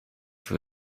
for